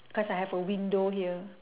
cause I have a window here